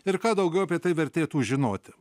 ir ką daugiau apie tai vertėtų žinoti